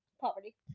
poverty